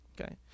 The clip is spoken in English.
Okay